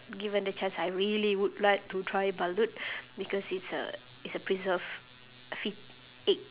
given the chance I really would like to try balut because it's a it's a preserved foet~ egg